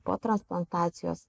po transplantacijos